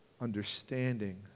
understanding